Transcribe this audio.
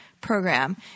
program